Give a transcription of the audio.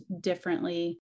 differently